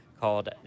called